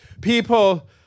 people